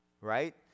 right